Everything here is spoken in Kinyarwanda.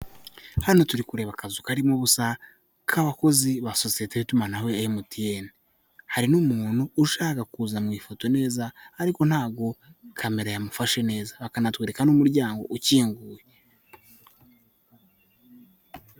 Hano turi kureba akazu karimo ubusa k'abakozi ba sosiyete y'itumanaho ya emutiyene, hari n'umuntu ushaka kuza mu ifoto neza ariko ntabwo kamera yamufashe neza akanatwereka n'umuryango ukinguye.